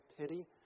pity